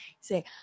say